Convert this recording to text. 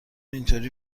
اینطوری